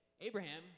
Abraham